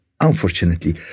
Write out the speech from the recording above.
unfortunately